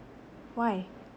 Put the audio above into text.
why